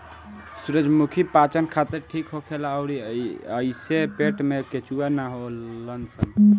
सूरजमुखी पाचन खातिर ठीक होखेला अउरी एइसे पेट में केचुआ ना होलन सन